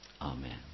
Amen